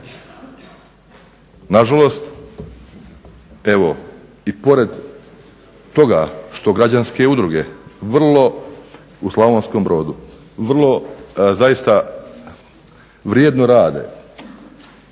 Nažalost evo i pored toga što građanske udruge u Slavonskom Brodu zaista vrijedno rade